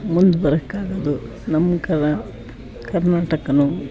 ಮುಂದೆ ಬರಕ್ಕೆ ಆಗೋದು ನಮ್ಮ ಕರ್ನಾಟಕನೂ